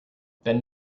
then